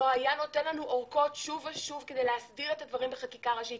לא היה נותן לנו אורכות שוב ושוב כדי להסדיר את הדברים בחקיקה ראשית.